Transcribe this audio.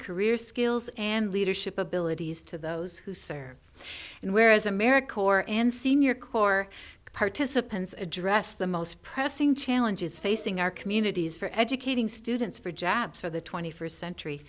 career skills and leadership abilities to those who serve and where as american or and senior corps participants address the most pressing challenges facing our communities for educating students for jobs for the twenty first century